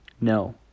No